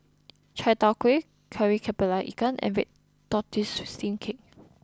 Chai Tow Kuay Kari Kepala Ikan and Red Tortoise Steamed Cake